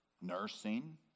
nursing